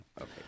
Okay